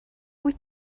wyt